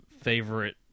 favorite